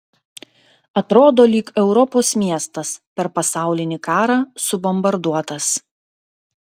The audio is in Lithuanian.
atrodo lyg europos miestas per pasaulinį karą subombarduotas